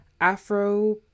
Afro